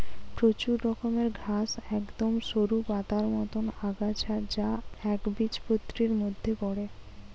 প্রচুর রকমের ঘাস একদম সরু পাতার মতন আগাছা যা একবীজপত্রীর মধ্যে পড়ে